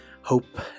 hope